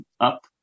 up